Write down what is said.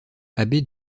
abbé